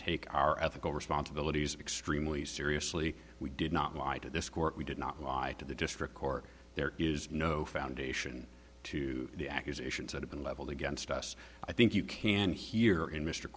take our ethical responsibilities extremely seriously we did not lie to this court we did not lie to the district court there is no foundation to the accusations that have been leveled against us i think you can hear in mr